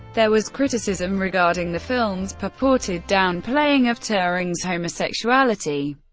there was criticism regarding the film's purported downplaying of turing's homosexuality,